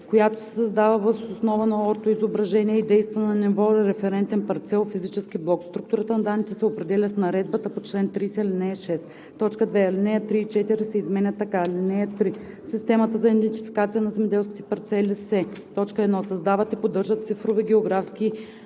която се създава въз основа на ортоизображения и действа на ниво референтен парцел – физически блок. Структурата на данните се определя с наредбата по чл. 30, ал. 6.“ 2. Алинеи 3 и 4 се изменят така: „(3) В Системата за идентификация на земеделските парцели се: 1. създават и поддържат цифрови географски